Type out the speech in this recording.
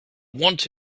want